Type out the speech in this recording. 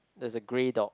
there's a grey dog